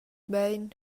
bein